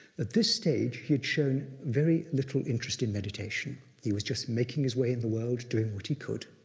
at this stage, he had shown very little interest in meditation, he was just making his way in the world, doing what he could,